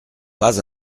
pas